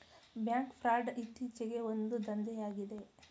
bank fraud ಇತ್ತೀಚೆಗೆ ಒಂದು ದಂಧೆಯಾಗಿದೆ